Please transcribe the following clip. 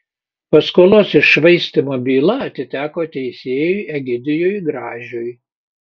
paskolos iššvaistymo byla atiteko teisėjui egidijui gražiui